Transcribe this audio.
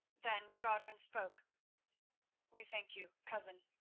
then godwin spoke we thank you, cousin.